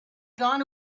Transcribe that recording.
gone